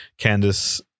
Candice